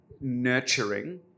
nurturing